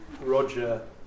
Roger